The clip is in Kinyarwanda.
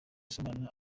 sibomana